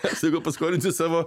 aš sakau paskolinsiu savo